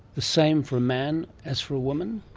the same for a man as for a woman?